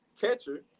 catcher